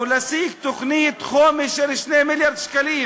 להשיג תוכנית חומש של 2 מיליארד שקלים,